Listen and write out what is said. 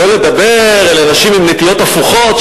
שלא לדבר על אנשים עם נטיות הפוכות,